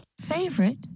Favorite